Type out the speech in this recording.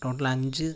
total Anju